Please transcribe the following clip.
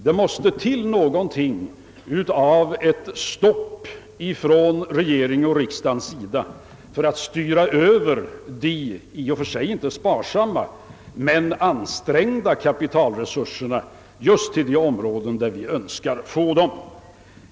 Det måste till ett stopp ifrån regeringens och riksdagens sida för att styra över de i och för sig inte sparsamma men ansträngda kapitalresurserna just till de områden där vi önskar att få dem.